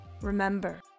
remember